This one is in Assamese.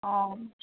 অঁ